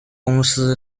公司